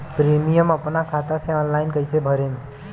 Premium अपना खाता से ऑनलाइन कईसे भरेम?